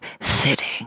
sitting